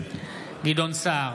גדעון סער,